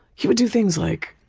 he would do things like